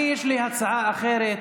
לי יש הצעה אחרת,